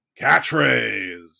catchphrase